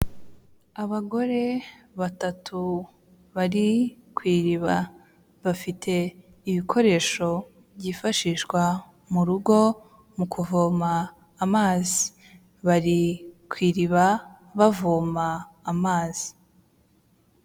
Abagore batatu bari ku iriba, bafite ibikoresho byifashishwa mu rugo mu kuvoma amazi, bari ku iriba bavoma amazi.